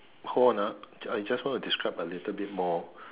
hold on ah I I just wanna describe a little bit more